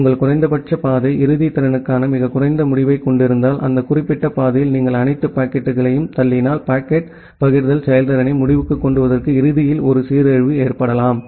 உங்கள் குறைந்தபட்ச பாதை இறுதி திறனுக்கான மிகக் குறைந்த முடிவைக் கொண்டிருந்தால் அந்த குறிப்பிட்ட பாதையில் நீங்கள் அனைத்து பாக்கெட்டுகளையும் தள்ளினால் பாக்கெட் பகிர்தல் செயல்திறனை முடிவுக்குக் கொண்டுவருவதற்கு இறுதியில் ஒரு சீரழிவு ஏற்படலாம்